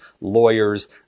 lawyers